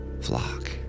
flock